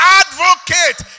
advocate